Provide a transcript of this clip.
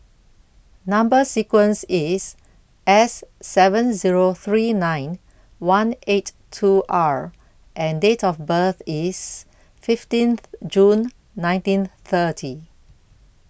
Number sequence IS S seven Zero three nine one eight two R and Date of birth IS fifteenth June nineteen thirty